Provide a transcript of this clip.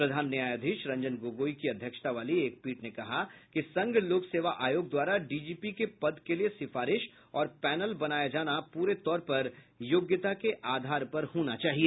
प्रधान न्यायाधीश रंजन गोगोई की अध्यक्षता वाली एक पीठ ने कहा कि संघ लोक सेवा आयोग द्वारा डीजीपी के पद के लिए सिफारिश और पैनल बनाया जाना पूरे तौर पर योग्यता के आधार पर होना चाहिए